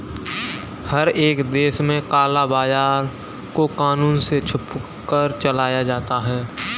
हर एक देश में काला बाजार को कानून से छुपकर चलाया जाता है